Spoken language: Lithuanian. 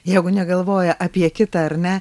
jeigu negalvoja apie kitą ar ne